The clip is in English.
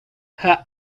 her